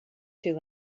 too